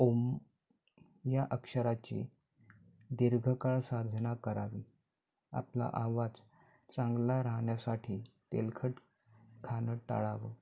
ओम या अक्षराची दीर्घकाळ साधना करावी आपला आवाज चांगला राहण्यासाठी तेलकट खाणं टाळावं